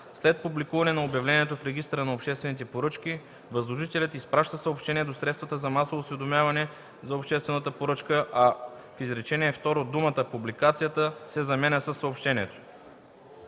„След публикуване на обявлението в Регистъра на обществените поръчки възложителят изпраща съобщение да средствата за масово осведомяване за обществената поръчка”, а в изречение второ думата „публикацията” се заменя със „съобщението”.”